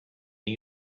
new